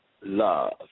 love